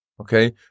Okay